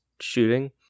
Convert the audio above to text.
shooting